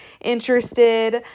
interested